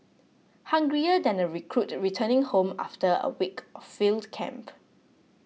hungrier than a recruit returning home after a week of field camp